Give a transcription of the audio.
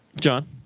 john